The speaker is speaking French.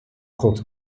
comte